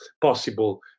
possible